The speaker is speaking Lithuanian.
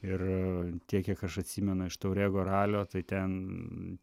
ir tiek kiek aš atsimenu iš taurego ralio tai ten